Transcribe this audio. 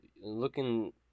looking